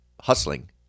hustling